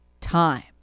time